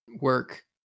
work